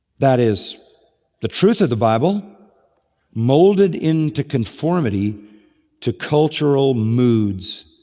that is the truth of the bible molded into conformity to cultural moods.